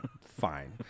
Fine